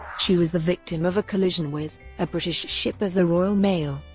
she was the victim of a collision with, a british ship of the royal mail,